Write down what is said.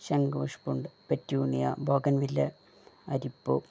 ശംഖുപുഷ്പോണ്ട് petunia bougainvillea അരിപ്പൂ